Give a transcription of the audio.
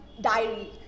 diary